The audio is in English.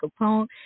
Capone